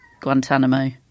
Guantanamo